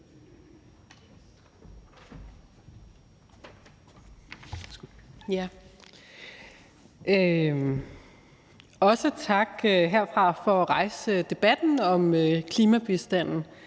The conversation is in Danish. Også tak herfra for at rejse debatten om klimabistanden.